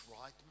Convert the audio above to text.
right